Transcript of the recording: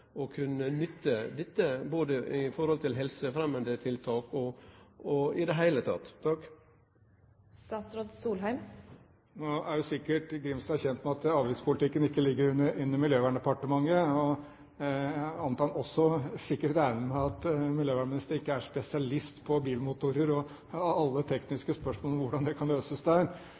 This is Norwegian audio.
nytte dette både i helsefremjande tiltak og elles? Nå er jo sikkert Grimstad kjent med at avgiftspolitikken ikke ligger under Miljøverndepartementet, og jeg antar han sikkert også regner med at miljøvernministeren ikke er spesialist på bilmotorer og alle tekniske spørsmål om hvordan det kan løses der.